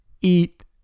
eat